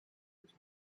his